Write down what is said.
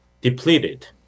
depleted